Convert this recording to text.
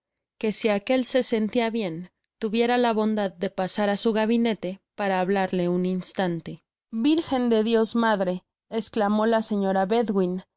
que si aquel se sentia bien tuviera la bondad de pasar á su gabinete para hablarle un instante virgen de dios madre esclamó la señora